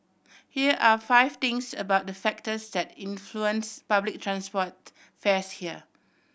here are five things about the factors that influence public transport fares here